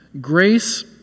Grace